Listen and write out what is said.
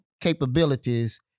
capabilities